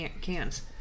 cans